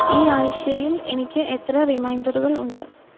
ഈ ആഴ്ചയിൽ എനിക്ക് എത്ര റിമൈൻഡറുകൾ ഉണ്ട്